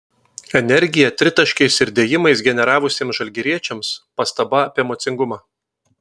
energiją tritaškiais ir dėjimais generavusiems žalgiriečiams pastaba apie emocingumą